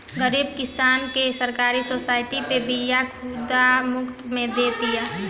गरीब किसानन के सरकार सोसाइटी पे बिया खाद मुफ्त में दे तिया